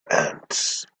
ants